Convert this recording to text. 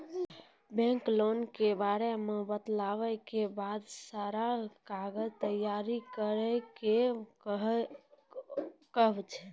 Bank loan के बारे मे बतेला के बाद सारा कागज तैयार करे के कहब?